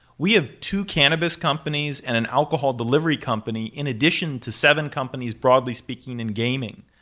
we have two cannabis companies and an alcohol delivery company in addition to seven companies broadly speaking in gaming.